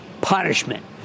punishment